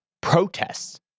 protests